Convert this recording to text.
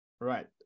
Right